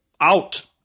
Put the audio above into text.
Out